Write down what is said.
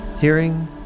hearing